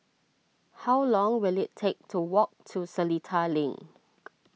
how long will it take to walk to Seletar Link